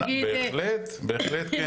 בהחלט כן.